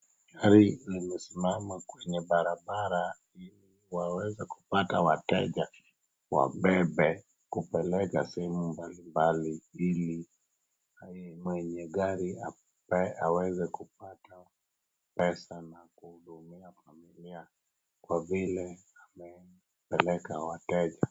Gari imesimama kwenye barabara ili waweza kupata wateja wabebe kupeleka sehemu mbalimbali ili mwenye gari aweze kupata pesa na kuhudumia familia kwa vile amepeleka wateja.